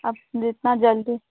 आप जितना जल्दी